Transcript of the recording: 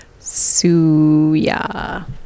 Suya